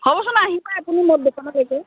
হ'বচোন আহিব আপুনি মোৰ দোকানত আহিব